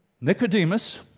Nicodemus